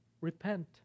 Repent